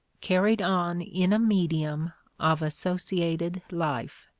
carried on in a medium of associated life.